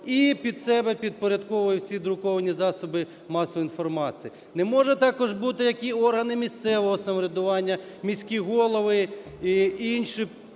і під себе підпорядковує всі друковані засоби масової інформації. Не може також бути, як і органи місцевого самоврядування, міські голови і інші